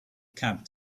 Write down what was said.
cab